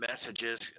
messages